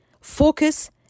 focus